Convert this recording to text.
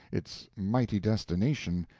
its mighty destination,